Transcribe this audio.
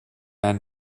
ein